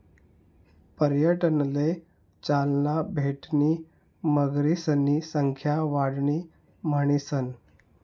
पर्यटनले चालना भेटणी मगरीसनी संख्या वाढणी म्हणीसन